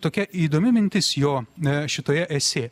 tokia įdomi mintis jo ne šitoje esė